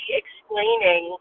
explaining